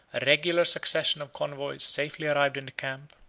a regular succession of convoys safely arrived in the camp,